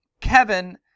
Kevin